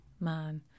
man